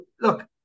look